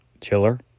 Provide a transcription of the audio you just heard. Chiller